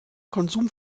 konsum